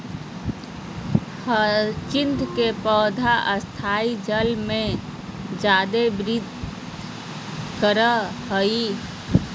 hyacinth के पौधा स्थायी जल में जादे वृद्धि करा हइ